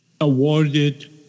awarded